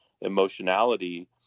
emotionality